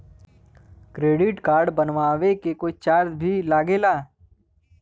Credit card बनवावे के कोई चार्ज भी लागेला?